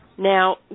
Now